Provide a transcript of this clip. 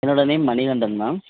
என்னோட name Manikandan ma'am